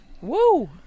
Woo